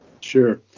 Sure